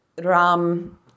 Ram